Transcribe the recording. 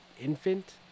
Infant